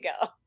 go